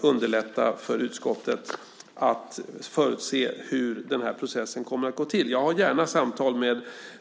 underlätta för utskottet att förutse hur den här processen kommer att gå till. Jag har gärna samtal